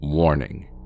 Warning